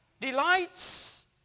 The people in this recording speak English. delights